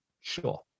sure